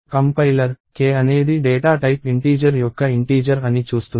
compiler k అనేది data type integer యొక్క integer అని చూస్తుంది